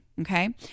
Okay